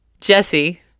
Jesse